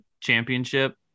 championship